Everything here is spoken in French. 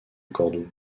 cordoue